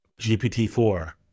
GPT-4